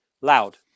loud